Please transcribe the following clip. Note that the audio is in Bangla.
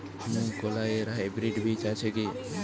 মুগকলাই এর হাইব্রিড বীজ আছে কি?